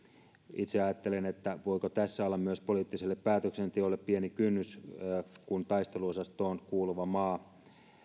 itse ajattelen voiko tässä olla myös poliittiselle päätöksenteolle pieni kynnys kun taisteluosastoon kuuluva maa